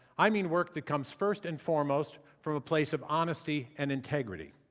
i mean work that comes first and foremost from a place of honesty and integrity.